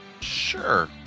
Sure